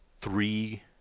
Three